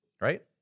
right